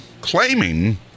claiming